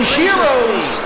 heroes